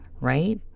right